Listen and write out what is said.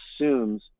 assumes